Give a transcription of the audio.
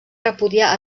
repudiar